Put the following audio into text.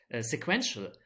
sequential